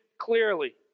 clearly